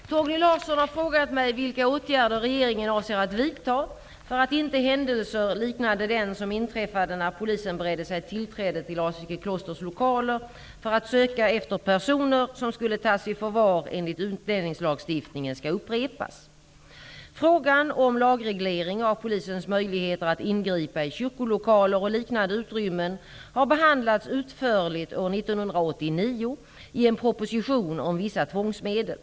Fru talman! Torgny Larsson har frågat mig vilka åtgärder regeringen avser att vidta för att inte händelser liknande den som inträffade när polisen beredde sig tillträde till Alsike klosters lokaler för att söka efter personer som skulle tas i förvar enligt utlänningslagstiftningen skall upprepas. Frågan om lagreglering av polisens möjligheter att ingripa i kyrkolokaler och liknande utrymmen har behandlats utförligt år 1989 i en proposition om vissa tvångsmedel .